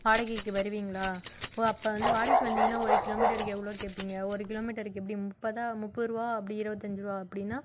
வாடகைக்கு வருவீங்களா ஓ அப்போ வந்து வாடகைக்கு வந்தீங்கனா ஒரு கிலோமீட்டருக்கு எவ்வளோ கேட்பீங்க ஒரு கிலோமீட்டருக்கு எப்படி முப்பதா முப்பது ரூவா அப்படி இருவத்தஞ்சு ரூபா அப்படினா